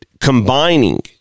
combining